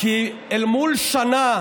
חבר הכנסת